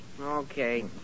Okay